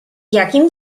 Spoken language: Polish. jakim